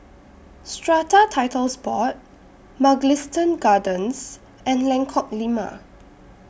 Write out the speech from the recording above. Strata Titles Board Mugliston Gardens and Lengkok Lima